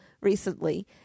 recently